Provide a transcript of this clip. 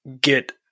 get